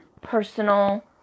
personal